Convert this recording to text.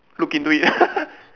look into it